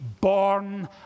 born